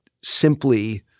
simply